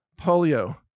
polio